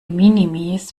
minimis